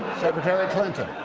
secretary clinton.